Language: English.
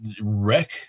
wreck